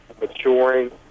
maturing